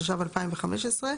התשע"ו-2015,